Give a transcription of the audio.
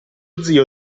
zio